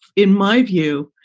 in my view,